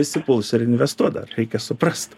visi puls ir investuot dar reikia suprast